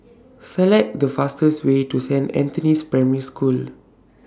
Select The fastest Way to Saint Anthony's Primary School